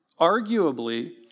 Arguably